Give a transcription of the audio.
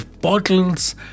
bottles